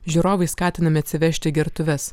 žiūrovai skatinami atsivežti gertuves